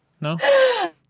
No